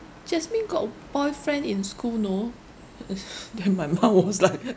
jasmine got boyfriend in school you know then my mum was like